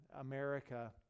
America